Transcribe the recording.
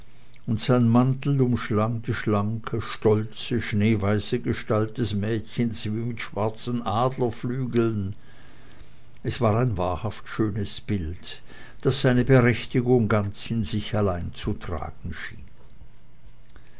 und sein mantel umschlug die schlanke stolze schneeweiße gestalt des mädchens wie mit schwarzen adlerflügeln es war ein wahrhaft schönes bild das seine berechtigung ganz allein in sich selbst zu tragen schien